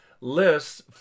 lists